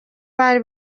bari